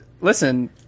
listen